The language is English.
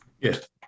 Yes